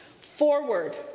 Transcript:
Forward